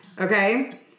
Okay